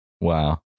Wow